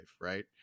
right